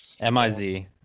M-I-Z